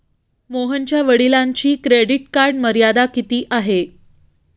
मोहनच्या वडिलांची credit card मर्यादा किती आहे?